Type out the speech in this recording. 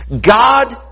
God